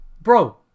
bro